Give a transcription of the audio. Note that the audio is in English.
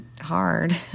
hard